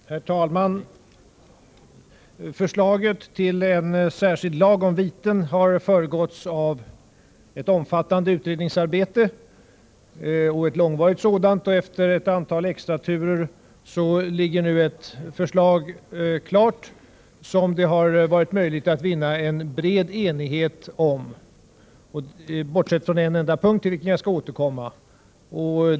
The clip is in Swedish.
Herr talman! Förslaget om en särskild lag om viten har föregåtts av ett omfattande utredningsarbete och ett långvarigt sådant. Efter ett antal extraturer ligger nu ett förslag klart, som det har varit möjligt att vinna en bred enighet om — bortsett från en enda punkt, till vilken jag skall återkomma.